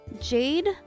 jade